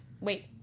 wait